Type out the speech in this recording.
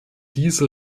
diese